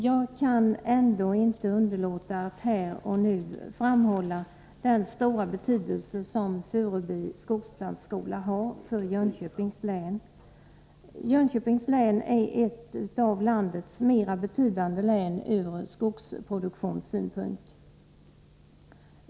Jag kan ändå inte underlåta att här och nu framhålla den stora betydelse som Furuby skogsplantskola har för Jönköpings län. Jönköpings län är ett av landets mera betydande län från skogsproduktionssynpunkt.